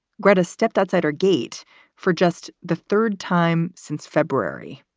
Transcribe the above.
gretta stepped outside her gate for just the third time since february.